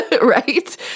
right